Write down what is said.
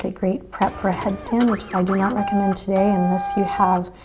ah great prep for headstand which i do not recommend today unless you have